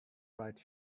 right